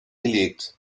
gelegt